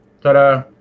Ta-da